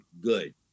good